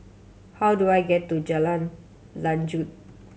how do I get to Jalan Lanjut